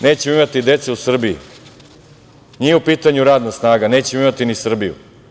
Nećemo imati dece u Srbiji, nije u pitanju radna snaga, nećemo imati ni Srbiju.